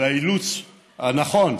והאילוץ הנכון,